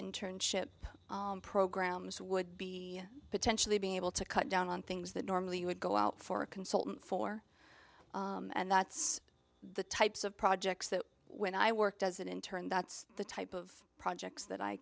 internship programs would be potentially be able to cut down on things that normally you would go out for a consultant for and that's the types of projects that when i worked as an intern that's the type of projects that i